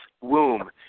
womb